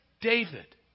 David